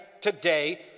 today